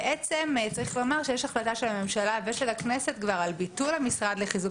צריך לומר שיש החלטה של הממשלה ושל הכנסת על ביטול המשרד לחיזוק